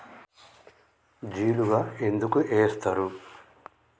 జిలుగు ఎందుకు ఏస్తరు?